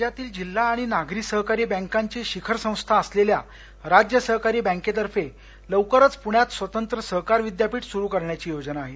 राज्यातील जिल्हा आणि नागरी सहकारी बँकांची शिखर संस्था असलेल्या राज्य सहकारी बँकेतर्फे लवकरच पुण्यात स्वतंत्र सहकार विद्यापीठ सुरू करण्याची योजना आहे